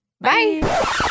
Bye